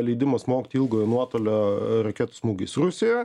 leidimas smogti ilgojo nuotolio raketų smūgiais rusijoje